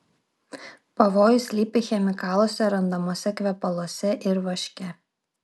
pavojus slypi chemikaluose randamuose kvepaluose ir vaške